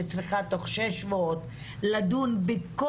שצריכה תוך שישה שבועות לדון בצורה